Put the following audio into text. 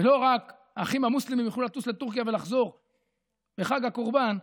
ולא רק האחים המוסלמים יוכלו לטוס לטורקיה לחג הקורבן ולחזור,